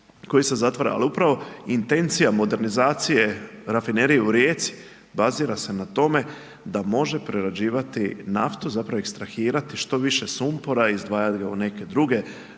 koji se zatvara, ali upravo intencija modernizacije rafinerije u Rijeci bazira se na tome da može prerađivati naftu zapravo ekstrahirati što više sumpora, izdvajat ga u neke druge